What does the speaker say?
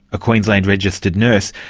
a queensland registered nurse,